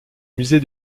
musée